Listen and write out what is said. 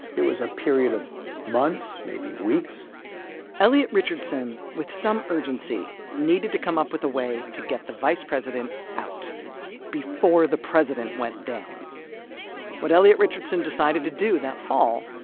it was a period of months, maybe weeks elliot richardson, with some urgency, needed to come up with a way to get the vice president out before the president went down what elliot richardson decided to do that fall.